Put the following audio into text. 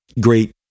great